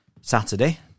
Saturday